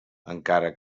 encara